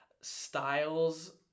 styles